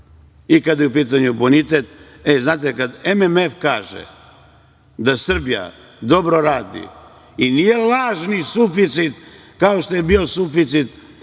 i kada je u pitanju bonitet. Znate, kada MMF kaže da Srbija dobro radi, i nije lažni suficit kao što je bio suficit